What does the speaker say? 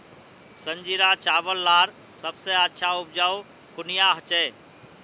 संजीरा चावल लार सबसे अच्छा उपजाऊ कुनियाँ होचए?